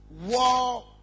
War